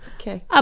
Okay